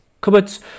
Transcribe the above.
cupboards